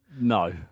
No